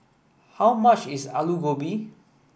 how much is Alu Gobi